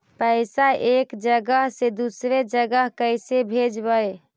पैसा एक जगह से दुसरे जगह कैसे भेजवय?